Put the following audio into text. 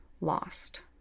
lost